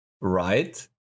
right